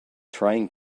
trying